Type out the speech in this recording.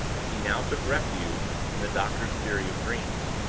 he now took refuge in the doctor's theory of dreams.